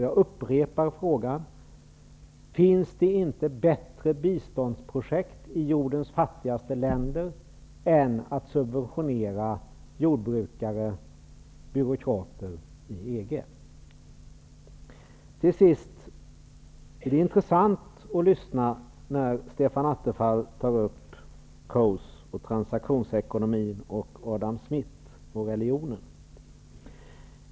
Jag upprepar frågan: Finns det inte bättre biståndsprojekt i jordens fattigaste länder än att subventionera jordbrukare, byråkrater i EG? Till sist: Det är intressant att lyssna när Stefan Attefall tar upp ekonomen Coases transaktionsekonomi, Adam Smith och religionen.